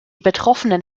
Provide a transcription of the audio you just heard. betroffenen